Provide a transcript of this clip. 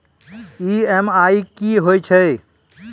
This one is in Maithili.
ई.एम.आई कि होय छै?